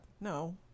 no